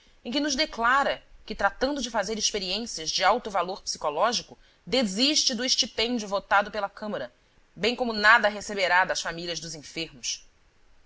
em que nos declara que tratando de fazer experiências de alto valor psicológico desiste do estipêndio votado pela câmara bem como nada receberá das famílias dos enfermos